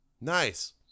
Nice